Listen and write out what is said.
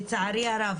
לצערי הרב,